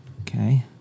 Okay